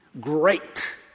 Great